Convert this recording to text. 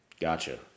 Gotcha